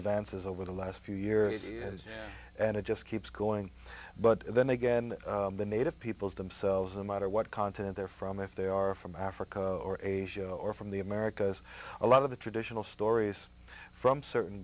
advances over the last few years he has and it just keeps going but then again the native peoples themselves the matter what continent they're from if they are from africa or asia or from the americas a lot of the traditional stories from certain